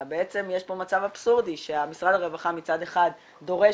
אלא בעצם יש פה מצב אבסורדי שמשרד הרווחה מצד אחד דורש,